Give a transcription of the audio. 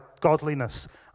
godliness